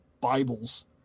Bibles